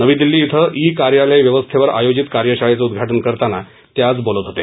नवी दिल्ली श्विं ई कार्यालय व्यवस्थेवर आयोजित कार्यशाळेचं उद्घाटन करताना ते आज बोलत होते